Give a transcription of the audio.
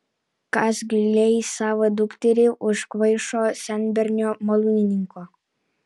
kas gi leis savo dukterį už kvaišo senbernio malūnininko